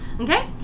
Okay